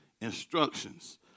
Instructions